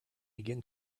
again